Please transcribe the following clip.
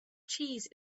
cheese